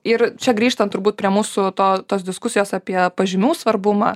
ir čia grįžtant turbūt prie mūsų to tos diskusijos apie pažymių svarbumą